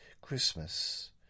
Christmas